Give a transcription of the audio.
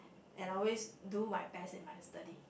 and I always do my best in my studies